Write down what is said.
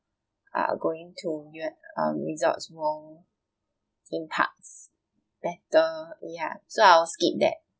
uh going to view um resorts world theme parks better ya so I'll skip that